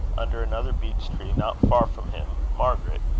under another beech-tree, not far from him, margaret,